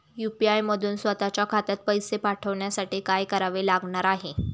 UPI मधून स्वत च्या खात्यात पैसे पाठवण्यासाठी काय करावे लागणार आहे?